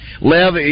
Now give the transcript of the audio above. Lev